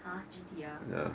!huh! G_T_R